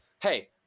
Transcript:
hey